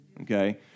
okay